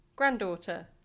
granddaughter